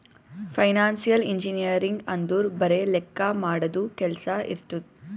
financial engineering ಅಂದುರ್ ಬರೆ ಲೆಕ್ಕಾ ಮಾಡದು ಕೆಲ್ಸಾ ಇರ್ತುದ್